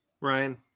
Ryan